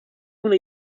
una